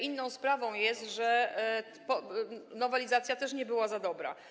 Inną sprawą jest to, że nowelizacja też nie była za dobra.